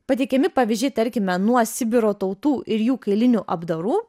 pateikiami pavyzdžiai tarkime nuo sibiro tautų ir jų kailinių apdarų